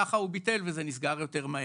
ככה הוא ביטל וזה נסגר יותר מהר.